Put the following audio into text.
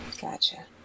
Gotcha